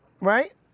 right